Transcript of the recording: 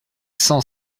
cent